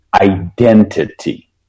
identity